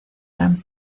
gran